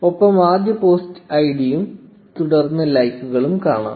ഒപ്പം ആദ്യ പോസ്റ്റിന്റെ പോസ്റ്റ് ഐഡിയും തുടർന്ന് ലൈക്കുകളും കാണാം